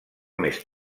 més